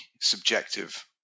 subjective